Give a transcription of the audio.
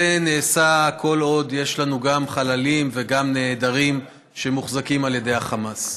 זה נעשה כל עוד יש לנו גם חללים וגם נעדרים שמוחזקים על ידי החמאס.